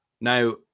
Now